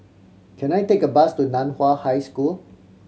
can I take a bus to Nan Hua High School